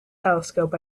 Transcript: telescope